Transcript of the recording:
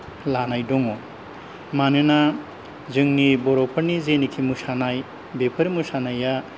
लानाय दङ मानोना जोंनि बर'फोरनि जेनोखि मोसानाय बेफोर मोसानाया